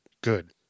Good